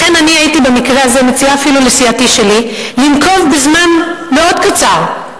לכן אני הייתי במקרה הזה מציעה אפילו לסיעתי שלי לנקוב בזמן מאוד קצר,